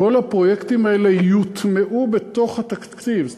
כל הפרויקטים האלה יוטמעו בתוך התקציב.